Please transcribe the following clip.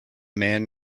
man